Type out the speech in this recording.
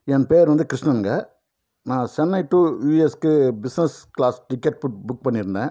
என் பேர் வந்து கிருஷ்ணன்ங்க நான் சென்னை டு யூஎஸ்ஸுக்கு business class ticket book book பண்ணியிருந்தேன்